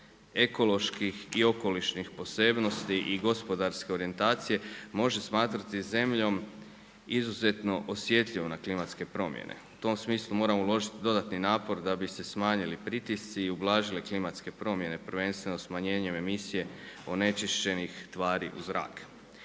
ekoloških i okolišnih posebnosti i gospodarske orijentacije može smatrati zemljom izuzetno osjetljivom na klimatske promjene. U tom smislu moramo uložiti dodatni napor da bi se smanjili pritisci i ublažile klimatske promjene, prvenstveno smanjenjem emisije onečišćenih tvari u zrak.